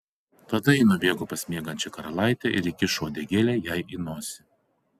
tada ji nubėgo pas miegančią karalaitę ir įkišo uodegėlę jai į nosį